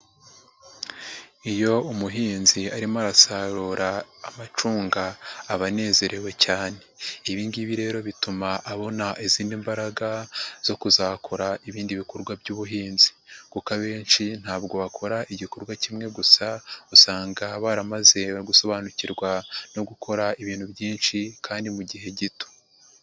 Iyo umuhinzi arimo arasarura amacunga aba anezerewe cyane. Ibi ngibi rero bituma abona izindi mbaraga zo kuzakora ibindi bikorwa by'ubuhinzi, kuko abenshi ntabwo bakora igikorwa kimwe gusa usanga baramaze gusobanukirwa no gukora ibintu byinshi kandi mu gihe gito.